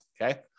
okay